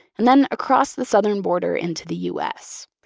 and then across the southern border into the u s,